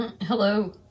Hello